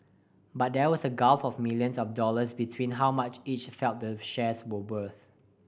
but there was a gulf of millions of dollars between how much each felt the shares were worth